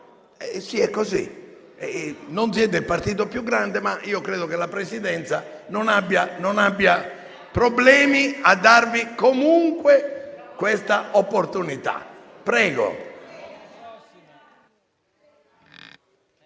Sì, è così, non siete il partito più grande, ma io credo che la Presidenza non abbia problemi a darvi comunque questa opportunità.